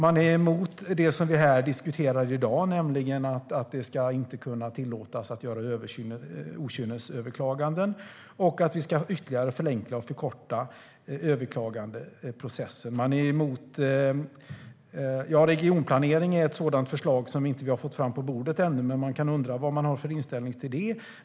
Man är emot det vi diskuterar här i dag, nämligen att det inte ska vara tillåtet att göra okynnesöverklaganden och att vi ska ytterligare förenkla och förkorta överklagandeprocessen. Regionplanering är ett förslag vi inte har fått fram på bordet ännu, men jag kan undra vad Vänsterpartiet har för inställning till det.